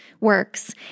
works